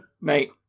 mate